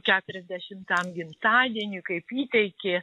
keturiasdešimtam gimtadieniui kaip įteikė